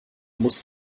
muss